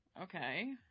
Okay